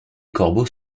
corbeaux